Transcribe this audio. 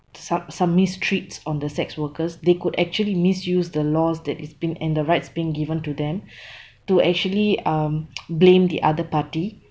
som~ some mistreats on the sex workers they could actually misuse the laws that is been and the rights being given to them to actually um blame the other party